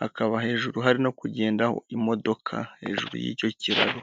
hakaba hejuru hari no kugendaho imodoka, hejuru y'icyo kiraro.